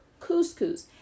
couscous